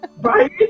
Right